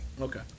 Okay